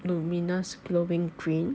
luminous glowing green